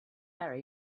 harry